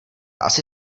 asi